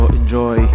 enjoy